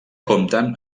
compten